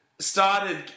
started